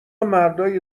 مردای